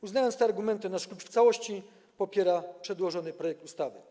Uznając te argumenty, nasz klub w całości popiera przedłożony projekt ustawy.